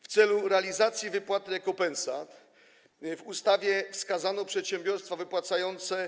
W celu realizacji wypłaty rekompensat w ustawie wskazano przedsiębiorstwa wypłacające.